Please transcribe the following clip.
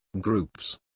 groups